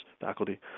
faculty